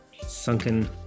sunken